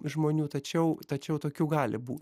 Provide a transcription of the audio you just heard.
žmonių tačiau tačiau tokių gali būt